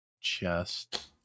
chest